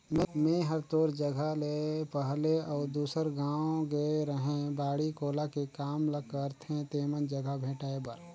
मेंए हर तोर जगह ले पहले अउ दूसर गाँव गेए रेहैं बाड़ी कोला के काम ल करथे तेमन जघा भेंटाय बर